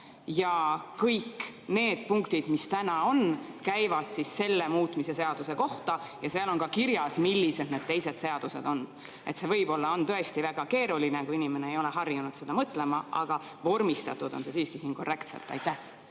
ja kõik need punktid, mis täna on, käivad selle muutmise seaduse kohta ja seal on ka kirjas, millised need teised seadused on. See on võib-olla tõesti väga keeruline, kui inimene ei ole harjunud nii mõtlema, aga vormistatud on see siin siiski korrektselt. Aitäh!